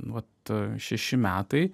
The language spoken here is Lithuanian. vat šeši metai